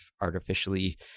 artificially